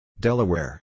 Delaware